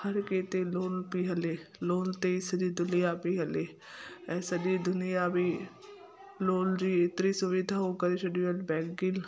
हर कंहिं ते लोन पेई हले लोन ते सॼी दुनिया पेई हले ऐं सॼी दुनियां बि लोन जी एतिरी सुविधाऊं करे छॾियूं आहिनि बैंकुनि